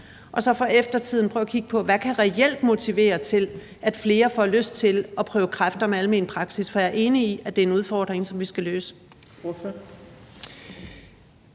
og så for eftertiden prøve at kigge på, hvad der reelt kan motivere til, at flere får lyst til at prøve kræfter med almen praksis? For jeg er enig i, at det er en udfordring, som vi skal løse.